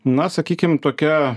na sakykim tokia